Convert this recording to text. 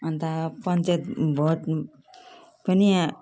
अन्त पञ्चायत भोट पनि